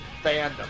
fandom